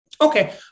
Okay